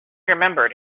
remembered